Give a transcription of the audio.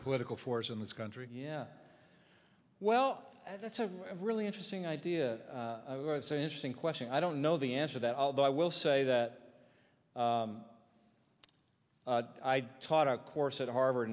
political force in this country yeah well that's a really interesting idea it's an interesting question i don't know the answer that although i will say that i taught a course at harvard